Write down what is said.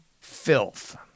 filth